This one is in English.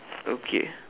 okay